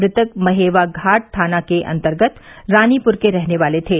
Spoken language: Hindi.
मृतक महेवा घाट थाना के अंतर्गत रानीपुर के रहने वाले थे